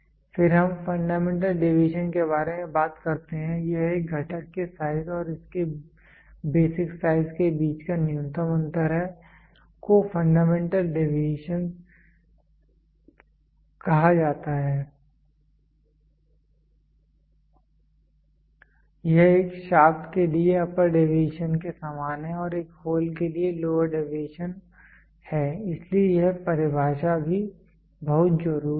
फिर हम fundamental deviation के बारे में बात करते हैं यह एक घटक के साइज और इसके बेसिक साइज के बीच का न्यूनतम अंतर है को फंडामेंटल डेविएशन कहा जाता है यह एक शाफ्ट के लिए अपर डेविएशन के समान है और एक होल के लिए लोअर डेविएशन है इसलिए यह परिभाषा भी बहुत जरूरी है